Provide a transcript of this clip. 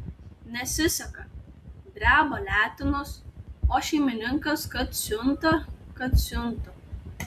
nesiseka dreba letenos o šeimininkas kad siunta kad siunta